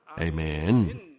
Amen